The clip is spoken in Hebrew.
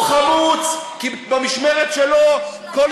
הוא חמוץ, כי במשמרת שלו, אשליות.